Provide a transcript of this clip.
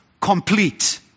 complete